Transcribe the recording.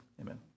amen